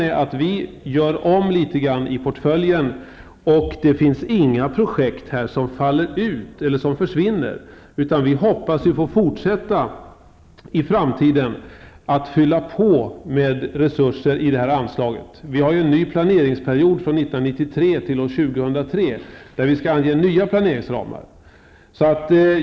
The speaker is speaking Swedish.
Vi stuvar alltså om i portföljen, men det finns inte några projekt som faller bort. Vi hoppas att i framtiden få fortsätta med att fylla på med resurser ur det här anslaget. Vi har en ny planeringsperiod från 1993 t.o.m. 2003, där vi skall ange nya planeringsramar.